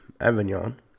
Avignon